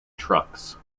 trucks